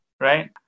Right